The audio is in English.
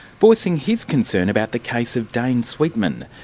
voicing his concern about the case of dane sweetman,